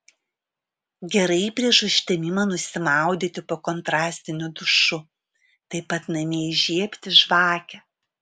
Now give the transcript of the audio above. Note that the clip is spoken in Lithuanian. gerai prieš užtemimą nusimaudyti po kontrastiniu dušu taip pat namie įžiebti žvakę